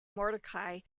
mordechai